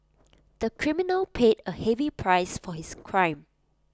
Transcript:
the criminal paid A heavy price for his crime